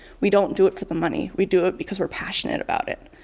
we don't do it for the money. we do it because we're passionate about it.